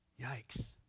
Yikes